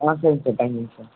ஆ சரிங்க சார் தேங்க்யூங்க சார்